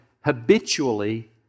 habitually